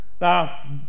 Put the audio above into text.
Now